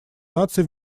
наций